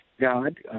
God